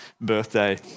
birthday